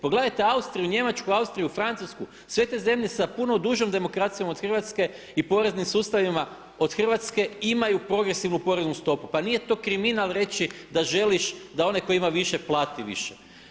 Pogledajte Austriju, Njemačku, Austriju, Francusku, sve te zemlje sa puno dužom demokracijom od Hrvatske i poreznim sustavima od Hrvatske imaju progresivnu poreznu stopu, pa nije to kriminal reći da želiš, da onaj koji ima više plati više.